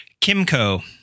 Kimco